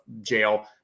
jail